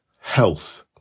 health